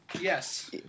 yes